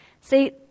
See